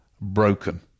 broken